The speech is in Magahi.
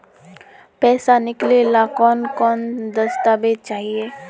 पैसा निकले ला कौन कौन दस्तावेज चाहिए?